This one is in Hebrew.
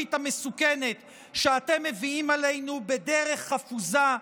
המשטרית המסוכנת שאתם מביאים עלינו בדרך חפוזה,